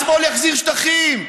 השמאל יחזיר שטחים,